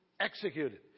executed